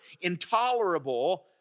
intolerable